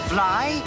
Fly